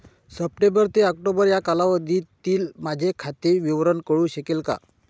September ते October या कालावधीतील माझे खाते विवरण कळू शकेल का?